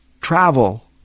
travel